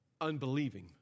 unbelieving